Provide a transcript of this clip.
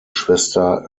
schwester